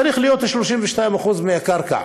צריכים להיות להם 32% מהקרקע,